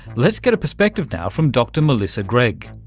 let's get a perspective now from dr melissa gregg.